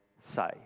say